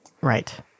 right